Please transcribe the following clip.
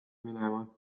minema